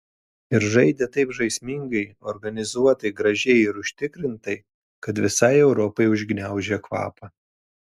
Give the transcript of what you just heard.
ir žaidė taip žaismingai organizuotai gražiai ir užtikrintai kad visai europai užgniaužė kvapą